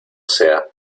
sea